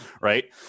Right